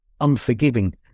unforgiving